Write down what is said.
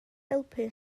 helpu